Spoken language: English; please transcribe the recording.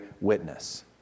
witness